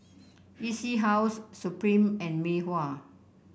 E C House Supreme and Mei Hua